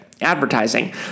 advertising